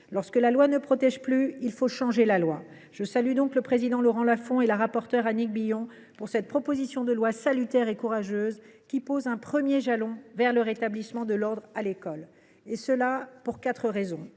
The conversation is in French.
Lorsque la loi ne protège plus, il faut changer la loi ! Je salue donc le président Laurent Lafon et la rapporteure Annick Billon pour cette proposition de loi salutaire et courageuse, qui pose un premier jalon vers le rétablissement de l’ordre à l’école, et cela à quatre égards.